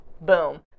boom